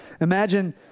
Imagine